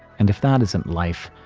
and if that isn't life,